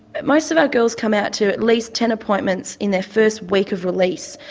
most of our girls come out to at least ten appointments in their first week of release.